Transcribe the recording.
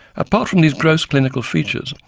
apart from these gross clinical features,